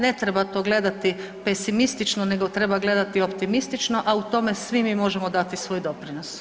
Ne treba to gledati pesimistično, nego treba gledati optimistično, a u tome svi mi možemo dati svoj doprinos.